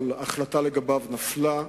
אבל החלטה עליו נפלה.